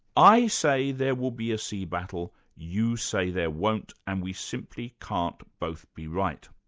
i say there will be a sea battle, you say there won't and we simply can't both be right.